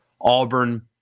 Auburn